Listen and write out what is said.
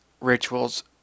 rituals